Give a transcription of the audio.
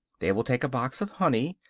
they will take a box of honey,